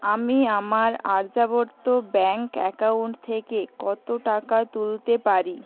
আমি আমার Aryavarta bank account থেকে কত টাকা তুলতে পারি